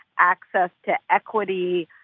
access to equity,